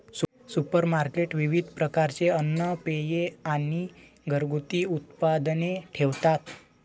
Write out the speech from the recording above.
supermarket विविध प्रकारचे अन्न, पेये आणि घरगुती उत्पादने ठेवतात